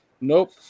nope